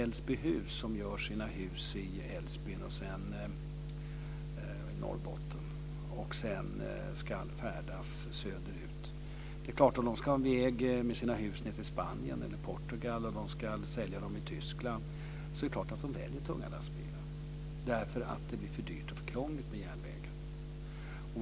De gör sina hus i Älvsbyn i Norrbotten, och de ska sedan färdas söderut. Om de ska köra sina hus till Spanien och Portugal eller sälja dem i Tyskland är det klart att de väljer tunga lastbilar, därför att det blir för dyrt och för krångligt med järnvägen.